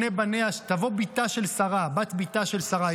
תבוא בת ביתה של שרה,